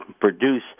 produce